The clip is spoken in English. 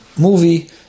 movie